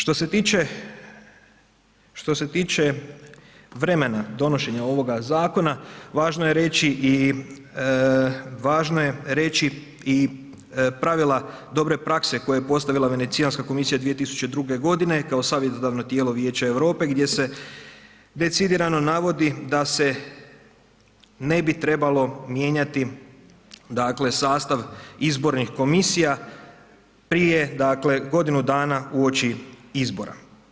Što se tiče vremena donošenja ovoga zakona važno je reći i važno je reći i pravila dobre prakse koje je postavila Venecijanska komisija 2002. godine kao savjetodavno tijelo Vijeća Europe gdje se decidirano navodi da se ne bi trebalo mijenjati dakle sastav izbornih komisija prije dakle godinu dana uoči izbora.